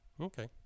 Okay